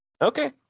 okay